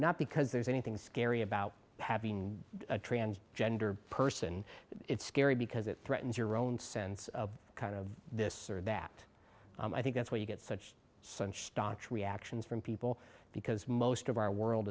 not because there's anything scary about having a transgender person it's scary because it threatens your own sense of kind of this sort of that i think that's where you get such such stocks reactions from people because most of our world